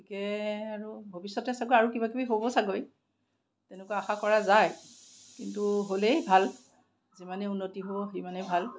গতিকে আৰু ভৱিষ্যতে চাগে আৰু কিবা কিবি হ'ব চাগৈ তেনেকুৱা আশা কৰা যায় কিন্তু হ'লেই ভাল যিমানেই উন্নতি হ'ব সিমানেই ভাল